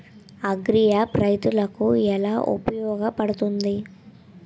Agri app రైతులకి ఏలా ఉపయోగ పడుతుంది?